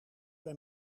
bij